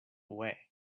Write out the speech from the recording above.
away